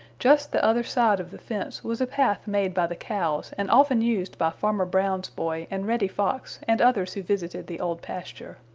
just the other side of the fence was a path made by the cows and often used by farmer brown's boy and reddy fox and others who visited the old pasture.